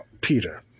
Peter